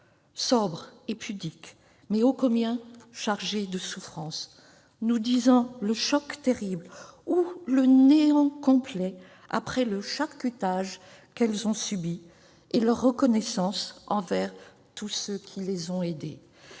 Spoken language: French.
sobres et pudiques, mais ô combien chargées de souffrances, nous disant le choc terrible ou le néant complet après le « charcutage » qu'elles ont subi et leur reconnaissance envers tous ceux qui les ont aidées.